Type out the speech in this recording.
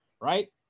right